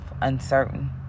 uncertain